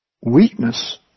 weakness